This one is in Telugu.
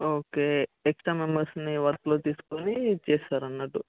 ఓకే ఎక్స్ట్రా మెంబర్స్ని వర్క్లో తీసుకుని చేస్తారు అన్నట్టు